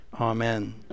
Amen